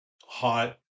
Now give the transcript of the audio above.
hot